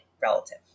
relative